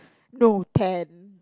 no ten